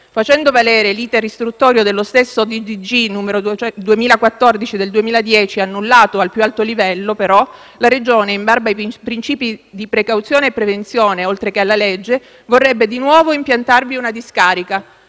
Facendo valere l'*iter* istruttorio del decreto direttore generale n. 2014 del 2010 annullato al più alto livello, però, la Regione, in barba ai principi di precauzione e prevenzione, oltre che alla legge, vorrebbe di nuovo impiantarvi una discarica,